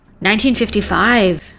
1955